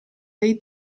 dei